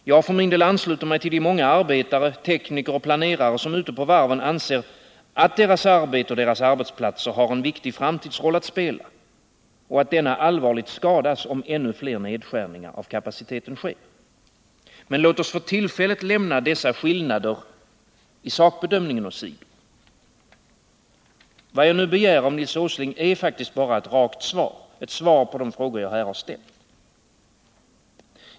Jag för min del ansluter mig till de många arbetare, tekniker och planerare som ute på varven anser att deras arbete och deras arbetsplatser har en viktig framtidsroll att spela och att denna allvarligt skadas om ännu fler nedskärningar av kapaciteten sker. Men låt oss för tillfället lämna dessa skillnader i sakbedömning åsido. Vad jag nu begär av Nils Åsling är bara ett rakt svar. Ett svar på de frågor jag här ställt.